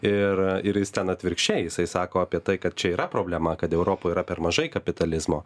ir ir jis ten atvirkščiai jisai sako apie tai kad čia yra problema kad europoj yra per mažai kapitalizmo